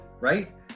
right